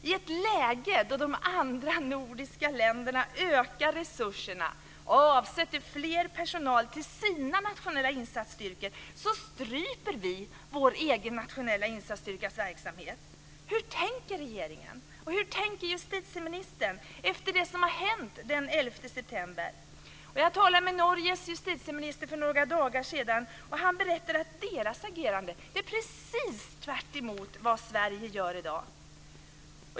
I ett läge då de andra nordiska länderna ökar resurserna och avsätter mer personal till sina nationella insatsstyrkor stryper vi vår egen nationella insatsstyrkas verksamhet. Hur tänker regeringen? Hur tänker justitieministern efter det som har hänt den 11 september? Jag talade med Norges justitieminister för några dagar sedan, och han berättade att deras agerande är precis tvärtemot vad Sverige gör i dag.